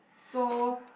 so